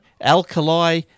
alkali